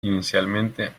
inicialmente